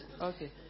Okay